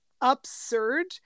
absurd